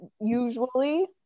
usually